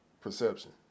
perception